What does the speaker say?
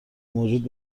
موجود